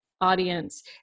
audience